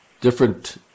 different